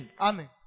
Amen